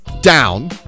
down